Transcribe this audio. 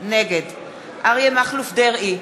נגד אריה מכלוף דרעי,